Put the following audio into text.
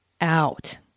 out